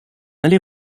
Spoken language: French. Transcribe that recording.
aller